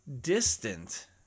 distant